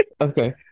okay